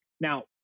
Now